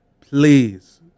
Please